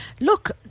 Look